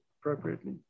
appropriately